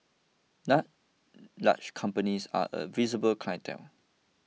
now large companies are a visible clientele